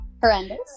horrendous